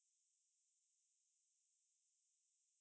that you are putting into the video அந்த மாதிரி:antha maathiri lah